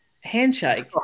handshake